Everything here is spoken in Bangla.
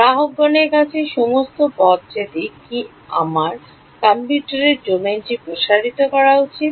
গ্রাহকগণের কাছে সমস্ত পথ যেতে কি আমার কম্পিউটারের ডোমেইনটি প্রসারিত করা উচিত